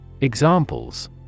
Examples